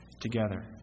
together